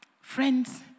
Friends